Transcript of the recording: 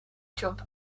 jump